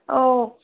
औ